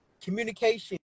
Communication